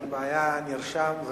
אין בעיה, נרשם.